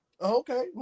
Okay